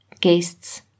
guests